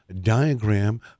diagram